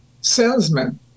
salesman